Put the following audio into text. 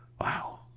Wow